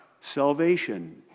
Salvation